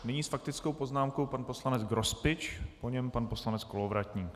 Nyní s faktickou poznámkou pan poslanec Grospič, po něm pan poslanec Kolovratník.